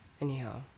Anyhow